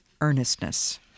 earnestness